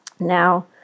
Now